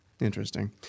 interesting